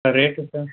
sir rate sir